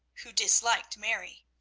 who disliked mary,